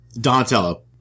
Donatello